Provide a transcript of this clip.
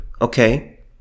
Okay